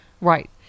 Right